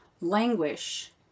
languish